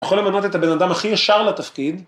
‫יכול למנות את הבן אדם ‫הכי ישר לתפקיד.